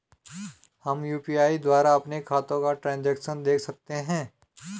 हम यु.पी.आई द्वारा अपने खातों का ट्रैन्ज़ैक्शन देख सकते हैं?